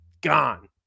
Gone